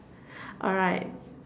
alright